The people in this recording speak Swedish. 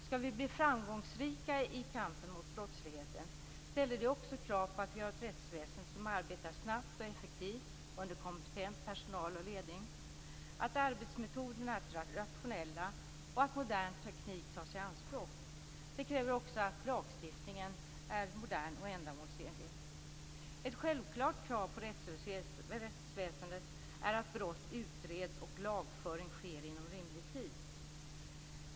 Skall vi bli framgångsrika i kampen mot brottsligheten ställer det också krav på att vi har ett rättsväsende som arbetar snabbt och effektivt under kompetent personal och ledning, att arbetsmetoderna är rationella och att modern teknik tas i anspråk. Det kräver också att lagstiftningen är modern och ändamålsenlig. Ett självklart krav på rättsväsendet är att brott utreds och att lagföring sker inom rimlig tid.